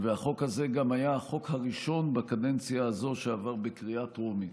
והחוק הזה גם היה החוק הראשון בקדנציה הזאת שעבר בקריאה טרומית.